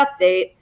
update